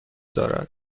دارد